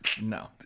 No